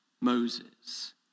Moses